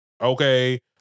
Okay